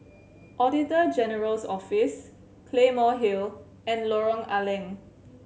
Auditor General's Office Claymore Hill and Lorong A Leng